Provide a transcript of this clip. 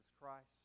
Christ